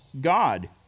God